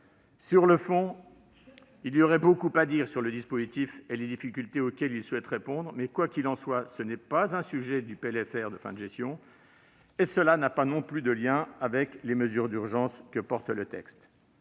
Sur le fond, il y aurait beaucoup à dire sur ce dispositif et les difficultés auxquelles il vise à remédier, mais, quoi qu'il en soit, ce n'est pas un sujet de PLFR de fin de gestion et cela n'a pas non plus de lien avec les mesures d'urgence que porte le présent